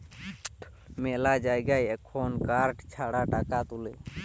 মেলা জায়গায় এখুন কার্ড ছাড়া টাকা তুলে